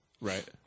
Right